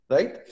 Right